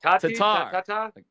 Tatar